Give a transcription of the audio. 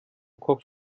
kopf